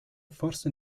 forse